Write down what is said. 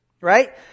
right